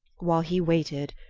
while he waited,